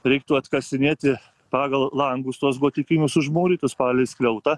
reiktų atkasinėti pagal langus tuos gotikinius užmūrytus palei skliautą